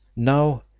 now,